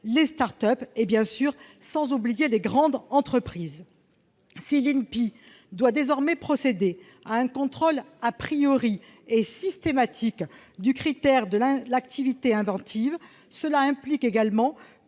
les start-up, sans oublier les grandes entreprises. Si l'INPI doit désormais procéder à un contrôle et systématique du critère de l'activité inventive, cela impose également